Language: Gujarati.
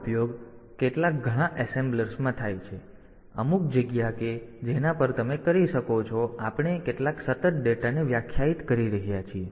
તેથી આનો ઉપયોગ કેટલાક ઘણા એસેમ્બલર્સમાં થાય છે જેમ કે અમુક જગ્યા કે જેના પર તમે કરી શકો છો આપણે કેટલાક સતત ડેટાને વ્યાખ્યાયિત કરી રહ્યા છીએ